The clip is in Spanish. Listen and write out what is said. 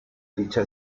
dicha